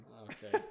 Okay